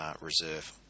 reserve